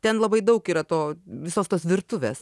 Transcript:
ten labai daug yra to visos tos virtuvės